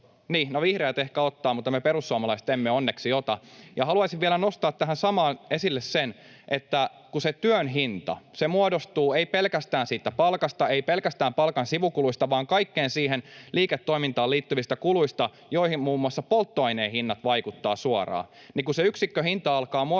vihreät ehkä ottavat, mutta me perussuomalaiset emme onneksi ota. Haluaisin vielä nostaa tähän samaan esille sen, että työn hinta ei muodostu pelkästään palkasta, ei pelkästään palkan sivukuluista, vaan kaikkeen siihen liiketoimintaan liittyvistä kuluista, joihin muun muassa polttoaineen hinnat vaikuttavat suoraan. Kun yksikköhinta alkaa muodostua